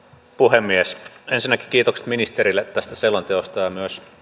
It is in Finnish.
puhemies ensinnäkin kiitokset ministerille tästä selonteosta ja myös